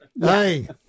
Hey